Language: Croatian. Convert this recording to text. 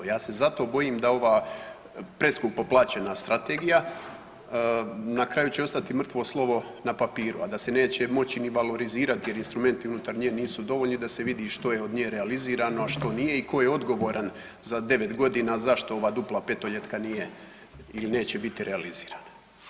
Ja se zato bojim da ova preskupo plaćena strategija na kraju će ostati mrtvo slovo na papiru, a da se neće moći ni valorizirati jer instrumenti unutar nje nisu dovoljni da se vidi što je od nje realizirano, a što nije i tko je odgovoran za 9 godina zašto ova dupla petoljetka nije ili neće biti realizirana.